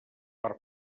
per